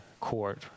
court